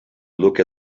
look